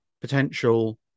potential